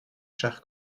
cher